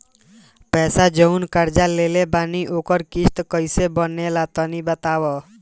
पैसा जऊन कर्जा लेले बानी ओकर किश्त कइसे बनेला तनी बताव?